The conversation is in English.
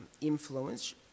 influence